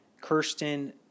Kirsten